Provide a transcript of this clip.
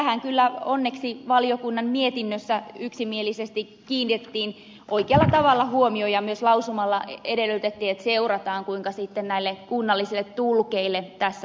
tähän kyllä onneksi valiokunnan mietinnössä yksimielisesti kiinnitettiin oikealla tavalla huomio ja myös lausumalla edellytettiin että seurataan kuinka näille kunnallisille tulkeille tässä tilanteessa käy